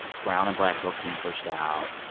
brown and black folks being pushed out.